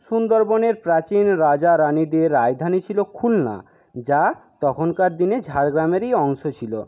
সুন্দরবনের প্রাচীন রাজা রাণীদের রাজধানী ছিল খুলনা যা তখনকার দিনে ঝাড়গ্রামেরই অংশ ছিল